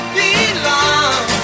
belong